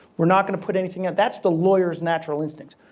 we're not going to put anything, and that's the lawyer's natural instincts.